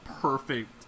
perfect